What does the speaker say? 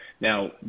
Now